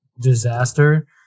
disaster